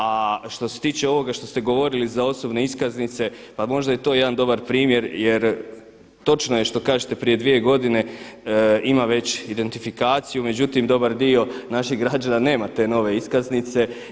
A što se tiče ovoga što ste govorili za osobne iskaznice, pa možda je i to jedan dobar primjer jer točno je što kažete prije dvije godine ima već identifikaciju međutim dobar dio naših građana nema te nove iskaznice.